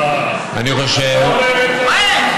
אני חושב, אתה שמת, מה אין?